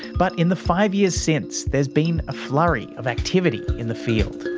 but in the five years since there's been a flurry of activity in the field.